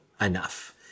enough